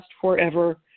forever